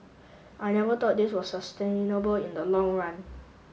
I never thought this was sustainable in the long run